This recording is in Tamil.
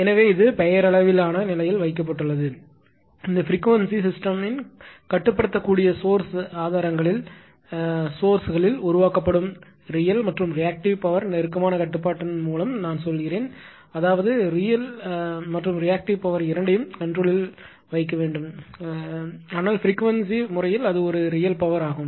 எனவே இது பெயரளவிலான நிலையில் வைக்கப்பட்டுள்ளது இந்த பிரிகுவென்ஸி சிஸ்டம் ன் கட்டுப்படுத்தக்கூடிய சோர்ஸ் ஆதாரங்களில் உருவாக்கப்படும் ரியல் மற்றும் ரியாக்ட்டிவ் பவர் ன் நெருக்கமான கட்டுப்பாட்டின் மூலம் நான் சொல்கிறேன் அதாவது நீங்கள் ரியல் மற்றும் ரியாக்ட்டிவ் பவர் இரண்டையும் கண்ட்ரோலில் வேண்டும் ஆனால் பிரிகுவென்ஸி வழக்கில் அது ஒரு ரியல் பவர் ஆகும்